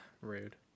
Rude